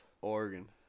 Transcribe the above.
Oregon